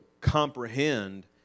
comprehend